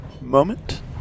moment